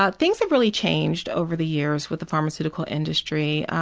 but things have really changed over the years with the pharmaceutical industry.